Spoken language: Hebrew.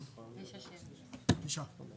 הצבעה